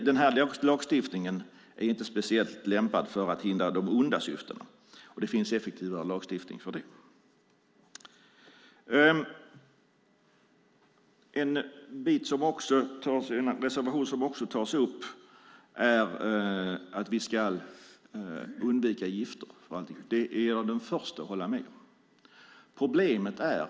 Den här lagstiftningen är inte speciellt lämpad för att hindra de onda syftena, och det finns effektivare lagstiftning för det. I en reservation tas upp att vi ska undvika gifter. Det är jag den förste att hålla med om.